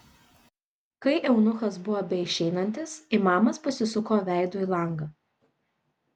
kai eunuchas buvo beišeinantis imamas pasisuko veidu į langą